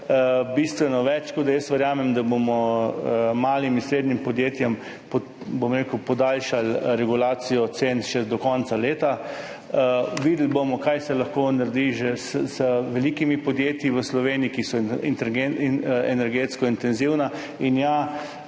bistveno več. Verjamem, da bomo malim in srednjim podjetjem podaljšali regulacijo cen še do konca leta. Videli bomo, kaj se lahko naredi že z velikimi podjetji v Sloveniji, ki so energetsko intenzivna. In ja,